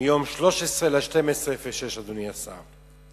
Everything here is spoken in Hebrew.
מיום 13 בדצמבר 2006, אדוני השר.